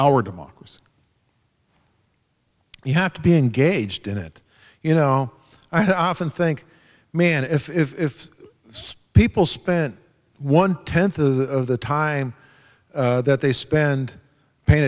our democracy you have to be engaged in it you know i often think man if it's people spent one tenth of the time that they spend paying